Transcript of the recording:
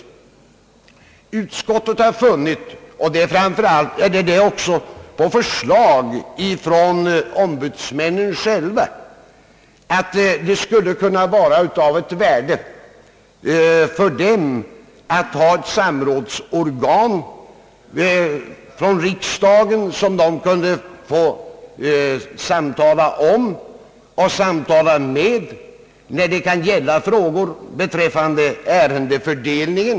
Ombudsmännen har själva framhållit att det skulle vara av värde för dem att ha ett samrådsorgan inom riksdagen som ombudsmännen kunde få samtala med om fördelningen av ärenden.